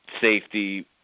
safety